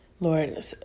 Lord